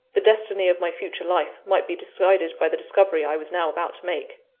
the destiny of my future life might be decided by the discovery i was now about to make!